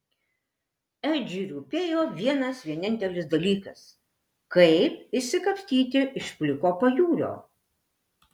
edžiui rūpėjo vienas vienintelis dalykas kaip išsikapstyti iš pliko pajūrio